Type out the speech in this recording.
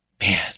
Man